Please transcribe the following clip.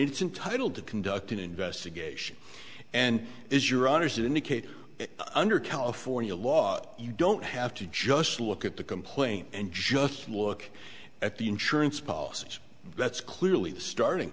it's intitled to conduct an investigation and is your honour's indicate under california law you don't have to just look at the complaint and just look at the insurance policies that's clearly the starting